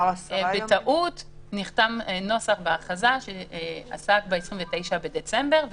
בטעות נחתם בהכרזה נוסח שעסק ב-29 בדצמבר,